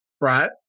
right